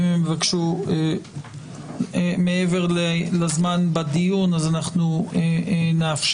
אם הם יבקשו מעבר לזמן הדיון אנחנו נאפשר.